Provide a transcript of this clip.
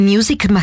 Music